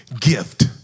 gift